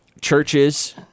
churches